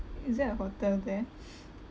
is there a hotel there